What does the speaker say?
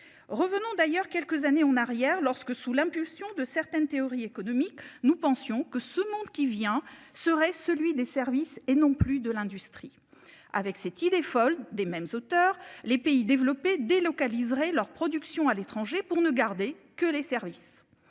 Revenons d'ailleurs quelques années en arrière lorsque sous l'impulsion de certaines théories économiques, nous pensions que ce monde qui vient serait celui des services et non plus de l'industrie, avec cette idée folle des mêmes auteurs. Les pays développés délocaliseraient leur production à l'étranger pour ne garder que les services